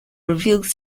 reveals